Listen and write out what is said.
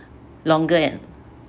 longer